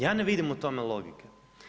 Ja ne vidim u tome logike.